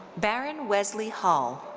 baron wesley hall.